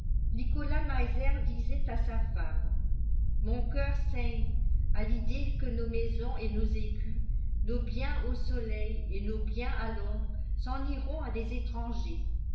nicolas meiser disait à sa femme mon coeur saigne à l'idée que nos maisons et nos écus nos biens au soleil et nos biens à l'ombre s'en iront à des étrangers